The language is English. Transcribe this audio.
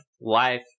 life